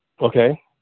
Okay